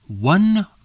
One